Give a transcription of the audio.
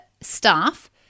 staff